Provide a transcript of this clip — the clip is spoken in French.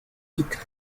titre